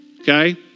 okay